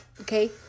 okay